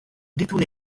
détourner